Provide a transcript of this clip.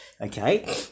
Okay